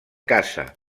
caça